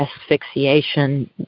asphyxiation